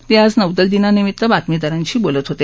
ते आज नौदल दिनानिमित्त बातमीदारांशी बोलत होते